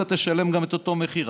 אתה גם תשלם את אותו מחיר,